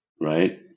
right